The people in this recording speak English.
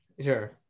Sure